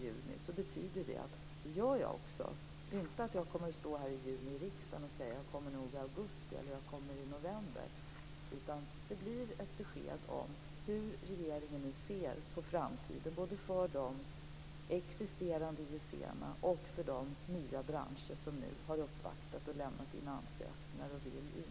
Det betyder att jag skall göra just det, inte att jag i juni här i riksdagen kommer att säga: Jag kommer nog med besked i augusti eller i november. Det blir ett besked om hur regeringen nu ser på framtiden både för de existerande IUC:na och för de nya branscher som nu har gjort uppvaktningar och lämnat in ansökningar om att få ingå.